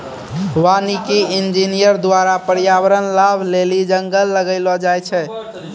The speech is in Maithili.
वानिकी इंजीनियर द्वारा प्रर्यावरण लाभ लेली जंगल लगैलो जाय छै